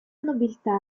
nobiltà